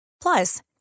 Plus